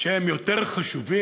שהם יותר חשובים